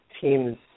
teams